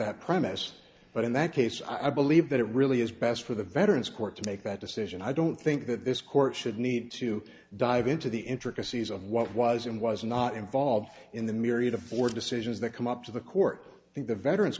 that premise but in that case i believe that it really is best for the veterans court to make that decision i don't think that this court should need to dive into the intricacies of what was and was not involved in the myriad of board decisions that come up to the court think the veterans